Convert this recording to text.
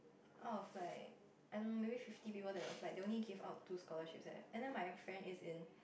out of like I don't know maybe fifty people that applied they only give out two scholarships eh and then my friend is in